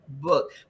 book